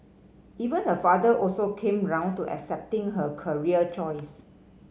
even her father also came round to accepting her career choice